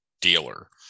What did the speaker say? dealer